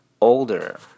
older